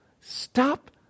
Stop